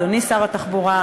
אדוני שר התחבורה,